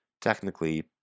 Technically